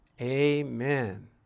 amen